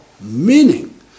meaning